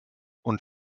und